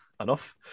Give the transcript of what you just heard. enough